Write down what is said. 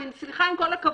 אני מפנה את הלו"ז